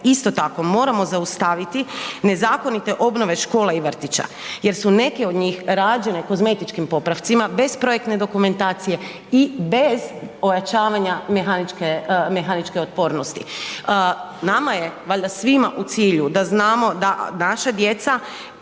Isto tako moramo zaustaviti nezakonite obnove škola i vrtića jer su neke od njih rađene kozmetičkim popravcima bez projektne dokumentacije i bez ojačavanja mehaničke, mehaničke otpornosti. Nama je valjda svima u cilju da znamo da naša djeca